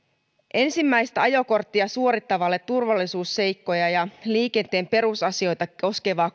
ensimmäistä ajokorttia suorittavalle turvallisuusseikkoja ja liikenteen perusasioita koskevan